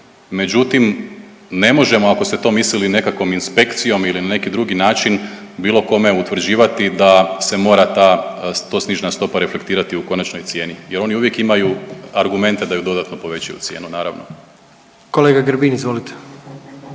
međutim ne možemo ako ste to mislili nekakvom inspekcijom ili na neki drugi način bilo kome utvrđivati da se mora ta, ta snižena stopa reflektirati u konačnoj cijeni jer oni uvijek imaju argumente da ju dodatno povećaju, cijenu naravno. **Jandroković,